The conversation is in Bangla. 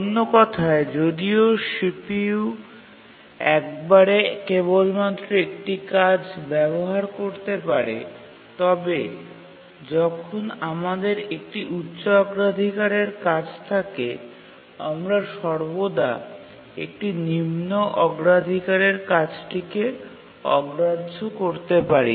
অন্য কথায় যদিও CPU একবারে কেবলমাত্র একটি কাজ ব্যবহার করতে পারে তবে যখন আমাদের একটি উচ্চ অগ্রাধিকারের কাজ থাকে আমরা সর্বদা একটি নিম্ন অগ্রাধিকারের কাজটিকে অগ্রাহ্য করতে পারি